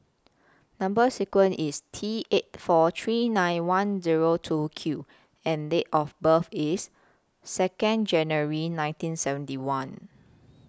Number sequence IS T eight four three nine one Zero two Q and Date of birth IS Second January nineteen seventy one